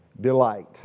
delight